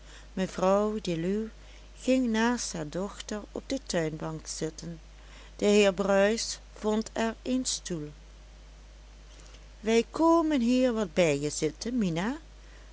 mevrouw deluw ging naast haar dochter op de tuinbank zitten de heer bruis vond er een stoel wij komen hier wat bij je zitten mina